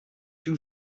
two